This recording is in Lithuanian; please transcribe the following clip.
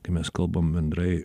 kai mes kalbam bendrai